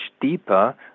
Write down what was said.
deeper